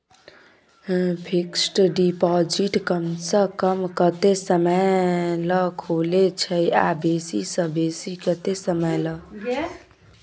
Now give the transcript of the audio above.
Fixed deposit कम स कम कत्ते समय ल खुले छै आ बेसी स बेसी केत्ते समय ल?